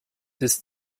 ist